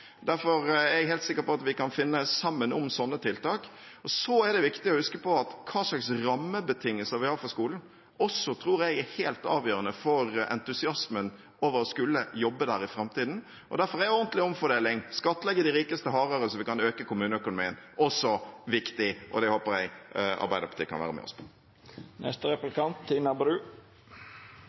Derfor er jeg helt sikker på at vi kan finne sammen om slike tiltak. Så er det viktig å huske på at hva slags rammebetingelser vi har for skolen, også – tror jeg – er helt avgjørende for entusiasmen over å skulle jobbe der i framtiden. Derfor er ordentlig omfordeling, å skattlegge de rikeste hardere så vi kan øke kommuneøkonomien, også viktig. Det håper jeg Arbeiderpartiet kan være med oss på.